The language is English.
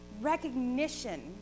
recognition